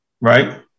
right